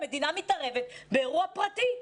המדינה מתערבת באירוע פרטי.